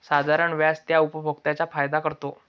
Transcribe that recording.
साधारण व्याज त्या उपभोक्त्यांचा फायदा करतो